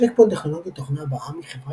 צ'ק פוינט טכנולוגיות תוכנה בע"מ היא חברה